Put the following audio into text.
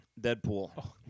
Deadpool